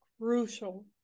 crucial